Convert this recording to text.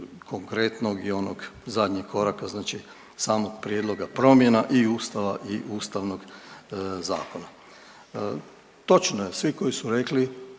konkretnog i onog zadnjeg koraka samog prijedloga promjena i Ustava i Ustavnog zakona. Točno je, svi koji su rekli